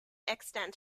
extant